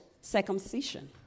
Circumcision